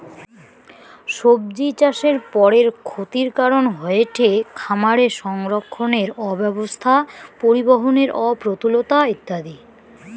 সব্জিচাষের পরের ক্ষতির কারন হয়ঠে খামারে সংরক্ষণের অব্যবস্থা, পরিবহনের অপ্রতুলতা ইত্যাদি